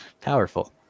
powerful